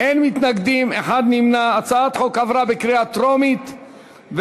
התשע"ג 2013,